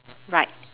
right